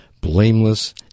blameless